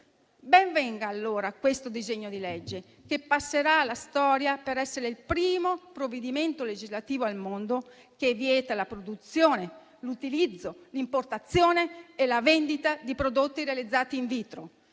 Ben venga allora questo disegno di legge, che passerà alla storia per essere il primo provvedimento legislativo al mondo che vieta la produzione, l'utilizzo, l'importazione e la vendita di prodotti realizzati in vitro,